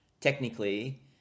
technically